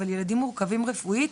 אבל ילדים מורכבים רפואית,